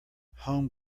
home